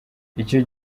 icyo